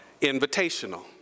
invitational